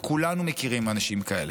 כולנו מכירים אנשים כאלה,